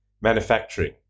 manufacturing